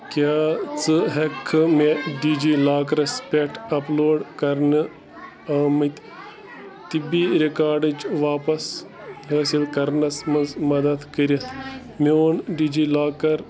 کیٛاہ ژٕ ہیٚکہِ کھا مےٚ ڈی جی لاکرس پٮ۪ٹھ اپلوڈ کرنہٕ آم، تۍ طبی رِکارڈٕچ واپس حٲصِل کرنَس منٛز مدد کٔرِتھ میٛون ڈی جی لاکر